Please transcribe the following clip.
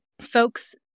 folks